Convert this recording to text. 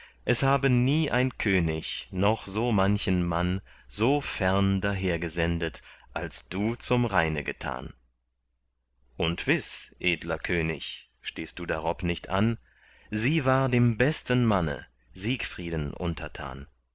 es habe nie ein könig noch so manchen mann so fern daher gesendet als du zum rheine getan und wiß edler könig stehst du darob nicht an sie war dem besten manne siegfrieden untertan